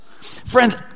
Friends